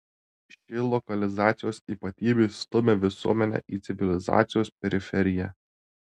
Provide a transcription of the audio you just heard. ši lokalizacijos ypatybė stumia visuomenę į civilizacijos periferiją